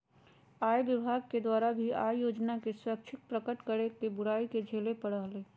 आय विभाग के द्वारा भी आय योजना के स्वैच्छिक प्रकट करे के बुराई के झेले पड़ा हलय